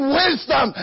wisdom